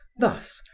thus,